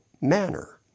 manner